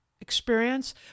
experience